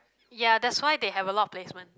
ya that's why they have a lot of placement